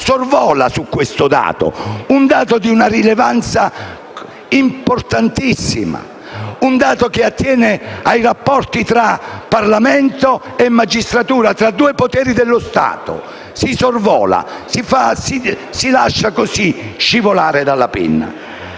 sorvola su questo dato; un dato di una rilevanza importantissima, un dato che attiene ai rapporti tra Parlamento e magistratura, tra due poteri dello Stato. Si sorvola e lo si lascia scivolare dalla penna.